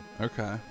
Okay